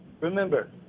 remember